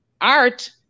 art